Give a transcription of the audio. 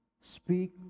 Speak